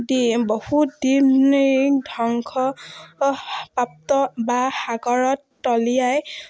দিন বহুত দিন ধ্বংসপ্ৰাপ্ত বা সাগৰত তলিয়াই